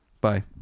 Bye